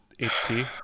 HT